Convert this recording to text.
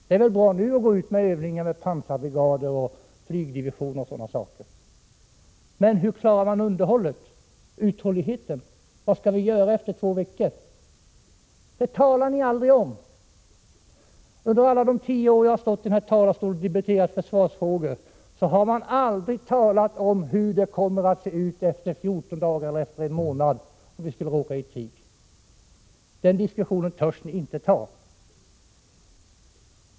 Det är väl bra att nu göra övningar med pansarbrigader, flygdivisioner och liknande, men hur klarar man underhållet och uthålligheten? Vad skall vi göra efter två veckor? Det talar ni aldrig om! Under de tio år som jag från kammarens talarstol har debatterat försvarsfrågor har man aldrig talat om hur det kommer att se ut efter 14 dagar eller en månad, om vi skulle råka i krig. Den diskussionen vågar ni inte ta.